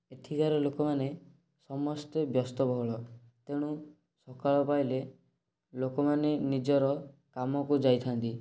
ଏଠିକାର ଲୋକମାନେ ସମସ୍ତେ ବ୍ୟସ୍ତବହୁଳ ତେଣୁ ସକାଳ ପାହିଲେ ଲୋକମାନେ ନିଜର କାମକୁ ଯାଇଥାଆନ୍ତି